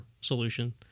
solution